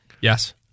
Yes